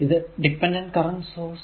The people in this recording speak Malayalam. ഇത് ഡിപെൻഡഡ് കറന്റ് സോഴ്സ്